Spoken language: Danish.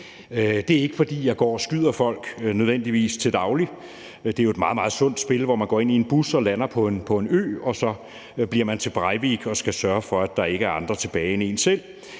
Det er ikke, fordi jeg nødvendigvis går og skyder folk til daglig. Det er jo et meget, meget sundt spil, hvor man går ind i en bus og lander på en ø, og så bliver man til Breivik og skal sørge for, at der ikke er andre tilbage end en selv.